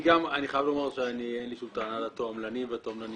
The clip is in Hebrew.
אני גם חייב לומר שאין לי שום טענה לתועמלנים ולתועמלניות